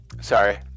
sorry